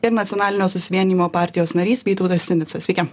ir nacionalinio susivienijimo partijos narys vytautas sinica sveiki